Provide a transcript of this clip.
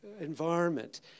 environment